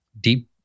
deep